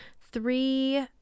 three